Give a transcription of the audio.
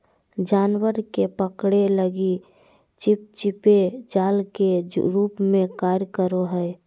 जानवर के पकड़े लगी चिपचिपे जाल के रूप में कार्य करो हइ